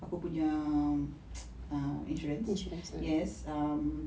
aku punya um insurance yes um